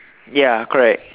ya correct